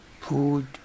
Food